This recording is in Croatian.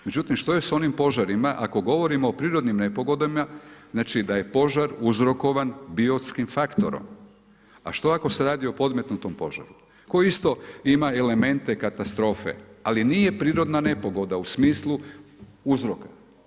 Međutim, što je s onim požarima ako govorimo o prirodnim nepogodama, znači da je požar uzrokovan, biotskim faktorom, a što ako se radi o podmetnutom požaru, koji isto ima elemente katastrofe, ali nije prirodna nepogoda, u smislu uzrok.